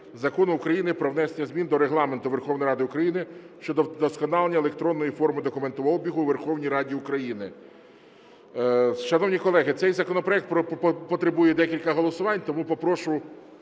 Закону України "Про внесення змін до Регламенту Верховної Ради України" щодо вдосконалення електронної форми документообігу у Верховній Раді України. Шановні колеги, цей законопроект потребує декількох голосувань, тому попрошу